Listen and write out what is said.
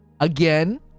again